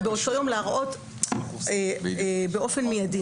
באותו יום להראות את האישור באופן מיידי.